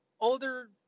older